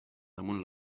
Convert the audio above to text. damunt